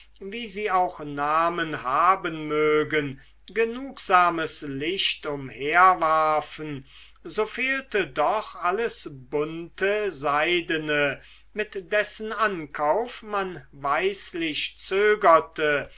wie sie auch namen haben mögen genugsames licht umherwarfen so fehlte doch alles bunte seidene mit dessen ankauf man weislich